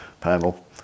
panel